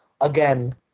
Again